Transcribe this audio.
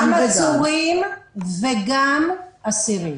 גם עצורים וגם אסירים.